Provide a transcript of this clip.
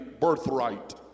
birthright